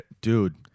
Dude